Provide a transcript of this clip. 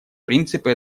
принципы